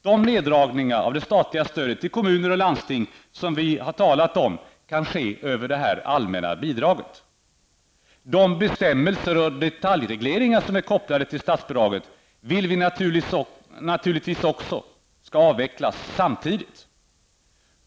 De neddragningar av det statliga stödet till kommuner och landsting som vi moderater har talat om kan ske över det allmänna bidraget. De bestämmelser och detaljregleringar som är kopplade till statsbidraget vill vi naturligtvis också skall avvecklas samtidigt.